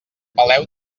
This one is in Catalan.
peleu